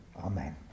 Amen